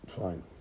Fine